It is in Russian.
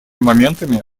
моментами